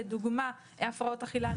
לדוגמא הפרעות אכילה.